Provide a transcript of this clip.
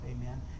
amen